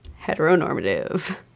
heteronormative